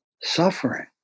suffering